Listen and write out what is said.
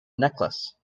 necklace